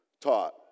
taught